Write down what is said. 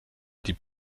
die